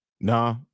Nah